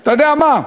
אתה יודע מה,